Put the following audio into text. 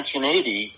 1980